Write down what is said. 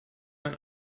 man